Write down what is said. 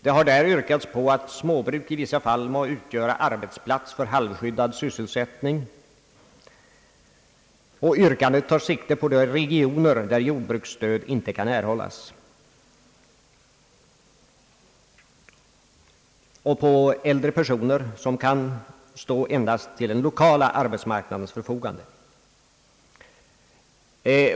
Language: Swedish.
Det har där yrkats att småbruk i vissa fall må utgöra arbetsplats för halvskyddad sysselsättning. Yrkandet tar sikte på de regioner där jordbruksstöd inte kan erhållas och på äldre personer som kan stå endast till den lokala arbetsmarknadens förfogande.